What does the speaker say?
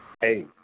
Hey